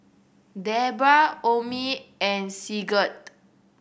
Debra Omie and Sigurd